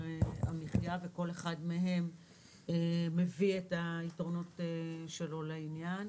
המחייה וכל אחד מהם מביא את היתרונות שלו לעניין.